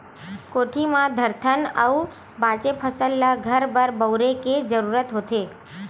कोठी म धरथन अउ बाचे फसल ल घर बर बउरे के जरूरत होथे